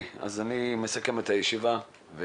אני מסכם את הישיבה.